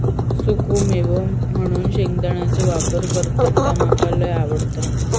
सुखो मेवो म्हणून शेंगदाण्याचो वापर करतत ता मका लय आवडता